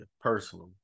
personally